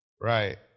Right